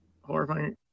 horrifying